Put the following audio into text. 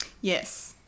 Yes